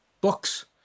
books